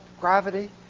gravity